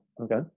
okay